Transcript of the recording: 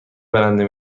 برنده